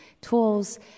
tools